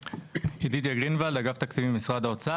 ידידיה גרינוולד, אגף תקציבים משרד האוצר.